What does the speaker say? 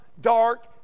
dark